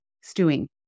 stewing